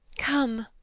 come!